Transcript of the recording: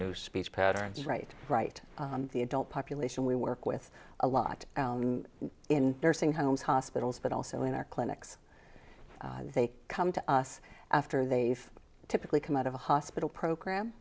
new speech patterns right right the adult population we work with a lot in nursing homes hospitals but also in our clinics they come to us after they've typically come out of a hospital program